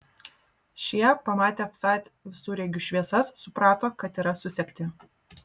šie pamatę vsat visureigių šviesas suprato kad yra susekti